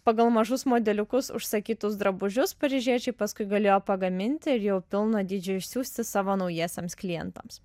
pagal mažus modeliukus užsakytus drabužius paryžiečiai paskui galėjo pagaminti ir jau pilno dydžio išsiųsti savo naujiesiems klientams